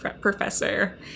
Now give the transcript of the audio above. professor